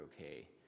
okay